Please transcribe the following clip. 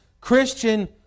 Christian